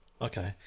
Okay